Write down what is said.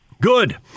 Good